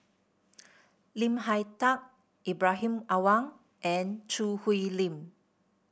Lim Hak Tai Ibrahim Awang and Choo Hwee Lim